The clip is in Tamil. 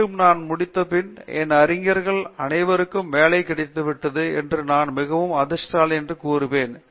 மீண்டும் நான் முடித்தபின் என் அறிஞர்கள் அனைவருக்கும் வேலை கிடைத்துவிட்டது என்றும் நான் மிகவும் அதிர்ஷ்டசாலி என்றும் கூறுவேன்